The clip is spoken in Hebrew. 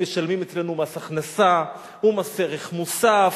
הם משלמים אצלנו מס הכנסה ומס ערך מוסף.